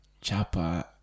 chapa